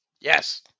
Yes